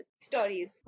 stories